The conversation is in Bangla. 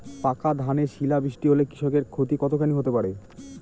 পাকা ধানে শিলা বৃষ্টি হলে কৃষকের ক্ষতি কতখানি হতে পারে?